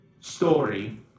story